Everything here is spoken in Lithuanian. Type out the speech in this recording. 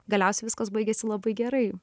galiausiai viskas baigiasi labai gerai